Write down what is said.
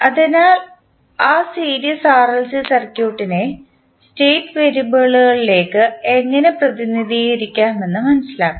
അതിനാൽ ആ series RLC സർക്യൂട്ടിനെ സ്റ്റേറ്റ് വേരിയബിളുകളിലേക്ക് എങ്ങനെ പ്രതിനിധീകരിക്കാമെന്ന് മനസിലാക്കാം